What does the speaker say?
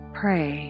pray